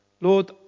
Lord